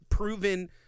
Proven